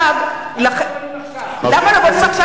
עכשיו, למה לא בונים עכשיו?